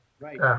Right